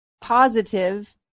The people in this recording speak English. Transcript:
positive